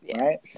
right